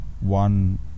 one